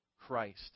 Christ